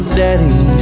daddy